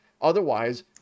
Otherwise